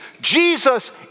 Jesus